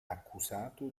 accusato